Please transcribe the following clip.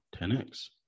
10X